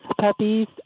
puppies